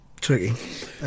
tricky